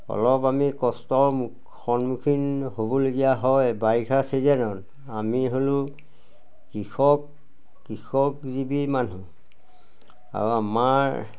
অলপ আমি কষ্টৰ সন্মুখীন হ'বলগীয়া হয় বাৰিষা চিজেনত আমি হ'লো কৃষক কৃষকজীৱি মানুহ আৰু আমাৰ